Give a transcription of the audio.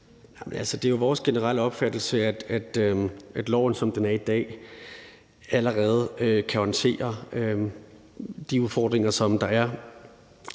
det er jo vores generelle opfattelse, at loven, som den er i dag, allerede kan håndtere de udfordringer, der er.